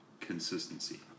consistency